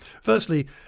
firstly